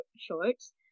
shorts